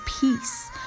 peace